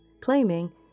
claiming